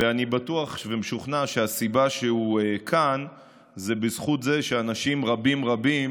ואני בטוח ומשוכנע שהסיבה שהוא כאן זה בזכות זה שאנשים רבים רבים